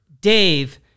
Dave